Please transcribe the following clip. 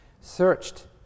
Searched